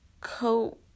coat